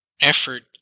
effort